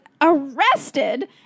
arrested